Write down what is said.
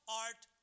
art